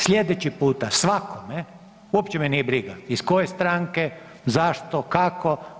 Sljedeći puta svakome, uopće me nije briga iz koje stranke, zašto, kako.